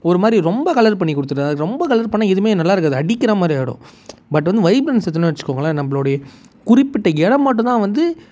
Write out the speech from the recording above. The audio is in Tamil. ஒரு மாதிரி ரொம்ப கலர் பண்ணிக் கொடுத்துருது அதாவது ரொம்ப கலர் பண்ணால் எதுவுமே நல்லா இருக்காது அடிக்கிற மாதிரி ஆகிடும் பட் வந்து வைப்ரன்ஸ் ஏற்றினோனு வைச்சிக்கோங்களேன் நம்மளுடைய குறிப்பிட்ட இடம் மட்டுந்தான் வந்து